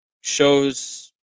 shows